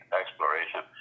exploration